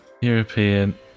European